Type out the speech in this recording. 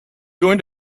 going